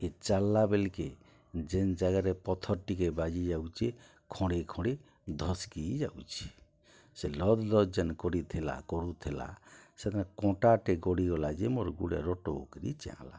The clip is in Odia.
ଇ ଚାଲ୍ଲା ବେଲ୍କେ ଯେନ୍ ଜାଗାରେ ପଥର୍ ଟିକେ ବାଜି ଯାଉଚେ ଖଣେ ଖଣେ ଢସ୍କି ଯାଉଛେ ସେ ଲଦ୍ ଲଦ୍ ଯେନ୍ କରୁଥିଲା ସେନେ କଣ୍ଟାଟେ ଗଡ଼ି ଗଲା ଯେ ମୋର୍ ଗୁଡ଼େ ରୋଟୋ କରି ଚିଆଁଲା